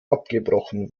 abgebrochen